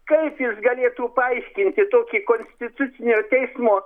kaip jis galėtų paaiškinti tokį konstitucinio teismo